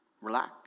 Relax